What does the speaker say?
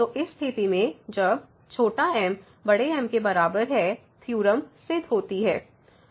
तो इस स्थिति में जब m M के बराबर है थ्योरम सिद्ध होता है